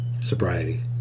sobriety